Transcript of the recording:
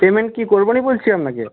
payment কি করব না বলছি আপনাকে